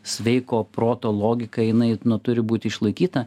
sveiko proto logika jinai nu turi būti išlaikyta